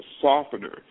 softener